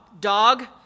Dog